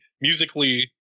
musically